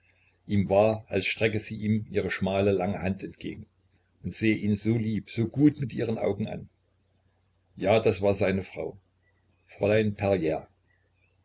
ihm war als strecke sie ihm ihre schmale lange hand entgegen und sehe ihn so lieb so gut mit ihren augen an ja das war seine frau fräulein perier